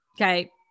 Okay